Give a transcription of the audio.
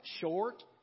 short